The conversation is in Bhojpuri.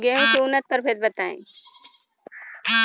गेंहू के उन्नत प्रभेद बताई?